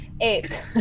Eight